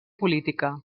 política